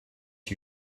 are